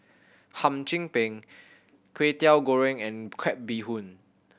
Hum Chim Peng Kway Teow Goreng and crab bee hoon